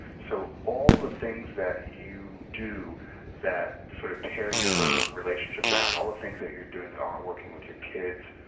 so, all the things that you do that sort of tear your relationship down, all the things that you're doing that aren't working with your kids,